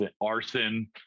Arson